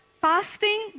Fasting